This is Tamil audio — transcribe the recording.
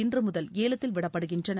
இன்றுமுதல் ஏலத்தில் விடப்படுகின்றன